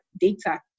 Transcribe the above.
data